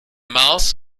mars